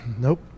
Nope